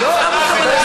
לא לעמוד.